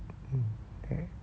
mm